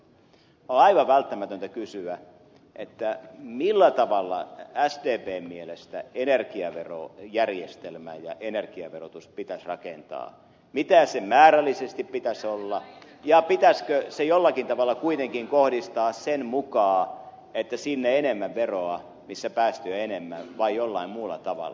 on aivan välttämätöntä kysyä millä tavalla sdpn mielestä energiaverojärjestelmä ja energiaverotus pitäisi rakentaa mitä verotuksen määrällisesti pitäisi olla ja pitäisikö se jollakin tavalla kuitenkin kohdistaa sen mukaan että sinne enemmän veroa missä päästöä enemmän vai jollain muulla tavalla